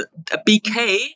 BK